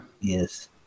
yes